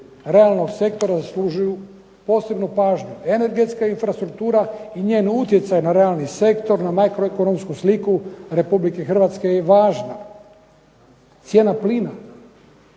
realnog sektora zaslužuju posebnu pažnju. Energetska infrastruktura i njen utjecaj na realni sektor na makroekonomsku sliku Republike Hrvatske je važna. Cijena plina